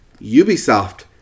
Ubisoft